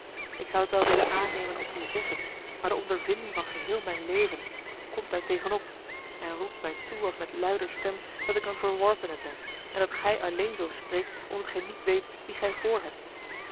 ik zou het wel willen aannemen op uw zeggen maar de ondervinding van geheel mijn leven komt daartegen op en roept mij toe als met luider stem dat ik een verworpene ben en dat gij alleen zoo spreekt omdat gij niet weet wien gij